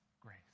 grace